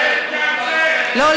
לא,